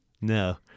No